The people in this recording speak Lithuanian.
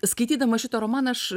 skaitydama šitą romaną aš